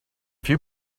few